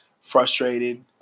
frustrated